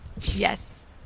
Yes